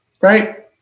right